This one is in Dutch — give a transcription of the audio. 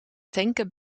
tanken